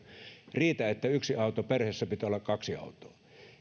riitä vaan perheessä pitää olla kaksi autoa